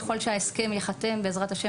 ככל שההסכם ייחתם בע"ה,